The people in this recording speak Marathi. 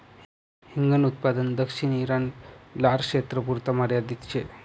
हिंगन उत्पादन दक्षिण ईरान, लारक्षेत्रपुरता मर्यादित शे